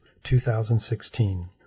2016